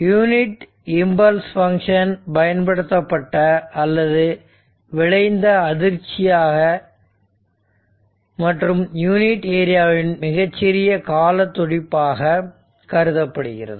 unit impulse function பயன்படுத்தப்பட்ட அல்லது விளைந்த அதிர்ச்சியாக மற்றும் யூனிட் ஏரியாவின் மிகச் சிறிய கால துடிப்பாக கருதப்படுகிறது